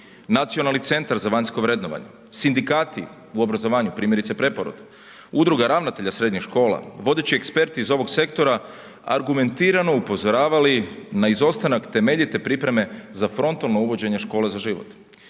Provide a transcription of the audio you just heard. Nacionalni centar za vanjsko vrednovanje, sindikati u obrazovanju, primjerice Preporod, Udruga ravnatelja srednjih škola, vodeći eksperti iz ovog sektora argumentirano upozoravali na izostanak temeljite pripreme za frontalno uvođenje Škole za život